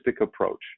approach